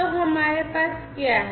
तो हमारे पास क्या है